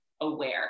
aware